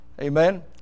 Amen